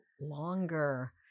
longer